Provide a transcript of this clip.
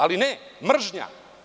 Ali ne, mržnja.